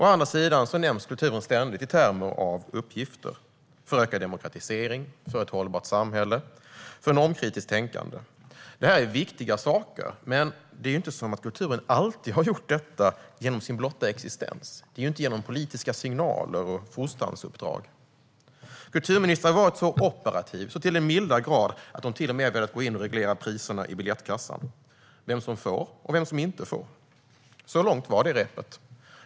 Å andra sidan nämns kulturen ständigt i termer av uppgifter - för ökad demokratisering, för ett hållbart samhälle, för normkritiskt tänkande. Det här är viktiga saker, men har inte kulturen alltid gjort detta genom sin blotta existens och inte genom politiska signaler och fostransuppdrag? Kulturministern har varit operativ så till den milda grad att hon till och med har velat gå in och reglera priserna i biljettkassan, vem som får och vem som inte får. Så långt var det repet.